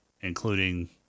including